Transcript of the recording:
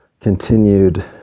continued